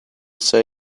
say